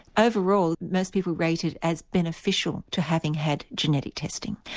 overall most people rated as beneficial to having had genetic testing.